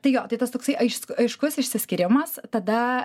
tai jo tai tas toksai aiš aiškus išsiskyrimas tada